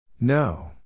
No